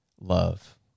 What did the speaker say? love